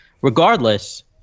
Regardless